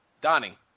Donnie